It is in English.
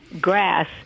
grass